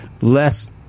less